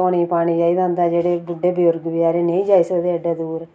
धोने ई पानी चाहिदा होंदा जेह्ड़े बुड्डे बजुर्ग बचारे नेईं जाई सकदे एड्डे दूर